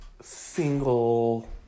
single